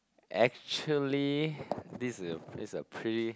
actually this is a this is a pretty